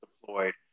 deployed